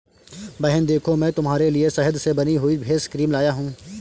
बहन देखो मैं तुम्हारे लिए शहद से बनी हुई फेस क्रीम लाया हूं